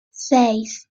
seis